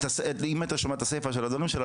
אם היית שומע את הסיפה של הדברים שלה